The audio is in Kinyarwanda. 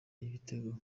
y’ibitego